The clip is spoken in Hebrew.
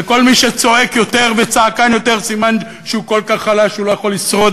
וכל מי שצועק יותר וצעקן יותר סימן שהוא כל כך חלש שהוא לא יכול לשרוד,